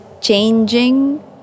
changing